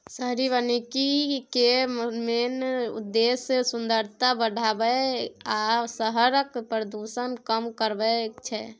शहरी बनिकी केर मेन उद्देश्य सुंदरता बढ़ाएब आ शहरक प्रदुषण कम करब छै